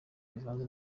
bivanze